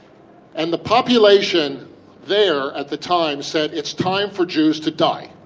and the population there at the time said it's time for jews to die,